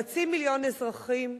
חצי מיליון אזרחים,